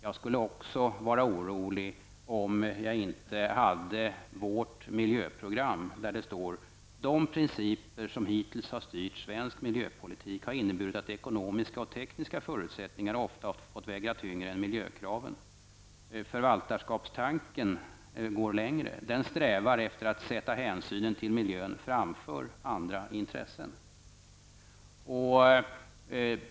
Jag skulle också vara orolig om vi inte hade vårt miljöprogram, där det står bl.a.: De principer som hittills styrt svensk miljöpolitik har inneburit att ekonomiska och tekniska förutsättningar ofta har fått väga tyngre än miljökraven. Förvaltarskapstanken går längre. Den strävar efter att sätta hänsynen till miljön framför andra intressen.